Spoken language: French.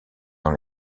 dans